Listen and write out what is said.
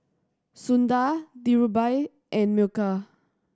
Sundar Dhirubhai and Milkha